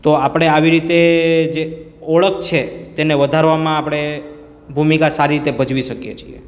તો આપણે આવી રીતે જે ઓળખ છે તેને વધારવામાં આપણે ભૂમિકા સારી રીતે ભજવી શકીએ છીએ